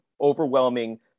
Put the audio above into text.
overwhelming